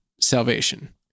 salvation